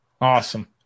Awesome